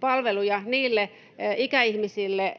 palveluja ikäihmisille,